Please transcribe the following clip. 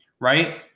right